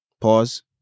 Pause